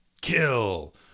Kill